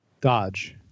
Dodge